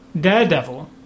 Daredevil